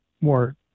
more